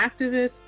activist